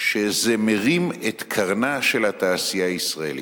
שזה מרים את קרנה של התעשייה הישראלית.